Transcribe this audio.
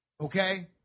Okay